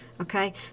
Okay